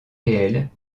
réels